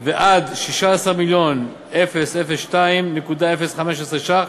ועד 16 מיליון ו-2,015 ש"ח,